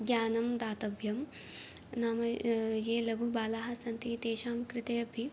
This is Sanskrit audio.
ज्ञानं दातव्यं नाम ये लघुबालाः सन्ति तेषां कृते अपि